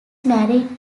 married